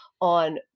on